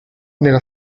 nella